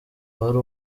wari